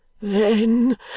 Then